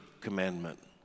commandment